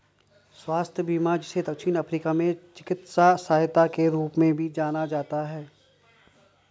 स्वास्थ्य बीमा जिसे दक्षिण अफ्रीका में चिकित्सा सहायता के रूप में भी जाना जाता है